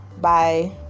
bye